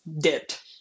dipped